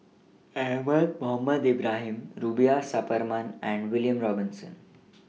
Ahmad Mohamed Ibrahim Rubiah Suparman and William Robinson